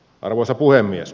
arvoisa puhemies